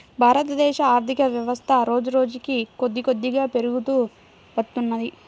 భారతదేశ ఆర్ధికవ్యవస్థ రోజురోజుకీ కొద్దికొద్దిగా పెరుగుతూ వత్తున్నది